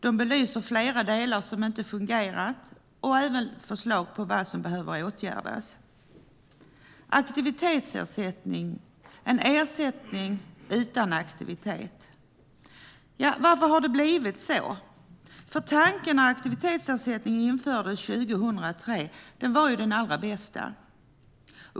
Den belyser flera delar som inte har fungerat och har även lämnat förslag på vad som behöver åtgärdas. Aktivitetsersättning är en ersättning utan aktivitet. Varför har det blivit så? Tanken när aktivitetsersättningen infördes 2003 var ju den allra bästa.